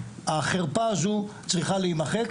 החרפה הזו צריכה להימחק,